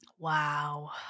Wow